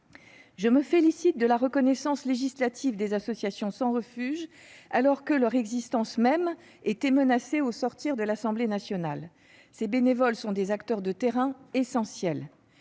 Je me félicite de la reconnaissance législative des associations sans refuge, alors que leur existence même était menacée au sortir de l'Assemblée nationale. Ces bénévoles sont des acteurs de terrain essentiels.